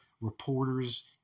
reporters